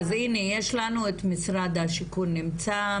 אז הנה יש לנו את משרד השיכון נמצא,